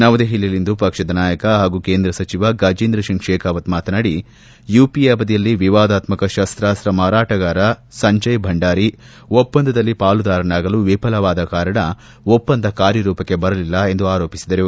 ನವದೆಹಲಿಯಲ್ಲಿಂದು ಪಕ್ಷದ ನಾಯಕ ಹಾಗೂ ಕೇಂದ್ರ ಸಚಿವ ಗಜೇಂದ್ರ ಸಿಂಗ್ ಶೆಖಾವತ್ ಮಾತನಾಡಿ ಯುಪಿಎ ಅವಧಿಯಲ್ಲಿ ವಿವಾದಾತ್ತಕ ಶಸ್ತಾಸ್ತ ಮಾರಾಟಗಾರ ಸಂಜಯ್ ಭಂಡಾರಿ ಒಪ್ಪಂದದಲ್ಲಿ ಪಾಲುದಾರನಾಗಲು ವಿಫಲವಾದ ಕಾರಣ ಒಪ್ಪಂದ ಕಾರ್ಯರೂಪಕ್ಕೆ ಬರಲಿಲ್ಲ ಎಂದು ಆರೋಪಿಸಿದರು